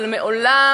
אבל מעולם,